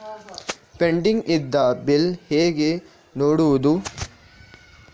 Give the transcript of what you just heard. Pending ಇದ್ದ bill ಹೇಗೆ ನೋಡುವುದು?